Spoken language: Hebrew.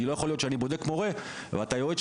כי לא יכול להיות שאני בודק מורה ולא בודק את אותו